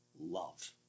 love